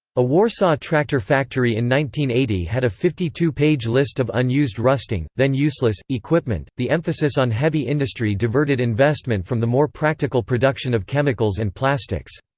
a warsaw tractor factory in eighty had a fifty two page list of unused rusting, then useless, equipment the emphasis on heavy industry diverted investment from the more practical production of chemicals and plastics.